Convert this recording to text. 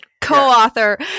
co-author